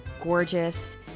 gorgeous